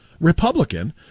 Republican